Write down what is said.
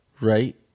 right